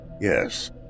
Yes